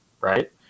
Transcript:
right